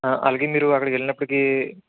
అలగే మీరు అక్కడికి వెళ్ళినప్పటికీ